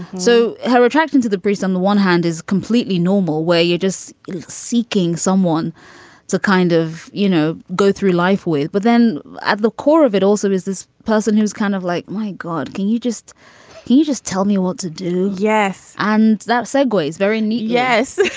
so i retract into the breeze on the one hand is completely normal where you're just seeking someone to kind of, you know, go through life with. but then at the core of it also is this person who's kind of like, my god, can you just you you just tell me what to do? yes. and that segways. very neat yes